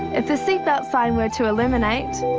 if the seatbelt sign were to illuminate,